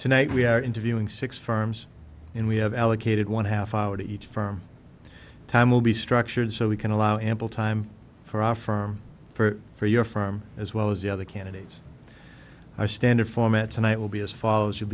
tonight we are interviewing six firms and we have allocated one half hour to each firm time will be structured so we can allow ample time for our firm for for your firm as well as the other candidates are standard format tonight will be as foll